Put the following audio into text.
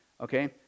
okay